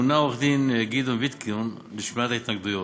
מונה עורך-הדין גדעון ויתקון לשמיעת ההתנגדויות,